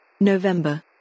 November